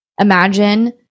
Imagine